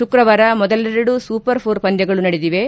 ಶುಕ್ರವಾರ ಮೊದಲೆರಡು super four ಪಂದ್ಲಗಳು ನಡೆದಿವೆ